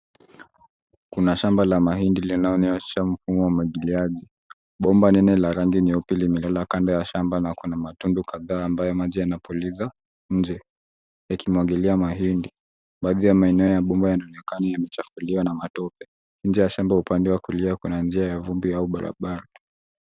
Kuna shamba la mahindi linaonyesha mfumo wa umwagiliaji. Bomba nene la rangi nyeupe limelala kando ya shamba na kuna matundu kadhaa ambayo maji yanapuliza nje yakimwagilia mahindi. Baadhi ya maeneo ya bomba yanaonekana yamechafuliwa na matope. Nje ya shamba upande wa kulia kuna njia ya vumbi au barabara.